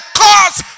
cause